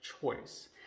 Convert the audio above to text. choice